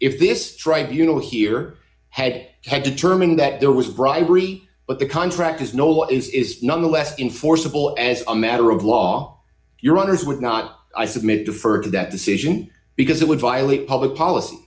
if this tribunals here had had determined that there was bribery but the contractors know what is is nonetheless enforceable as a matter of law your honor is would not i submit defer that decision because it would violate public policy